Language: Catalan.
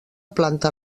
planta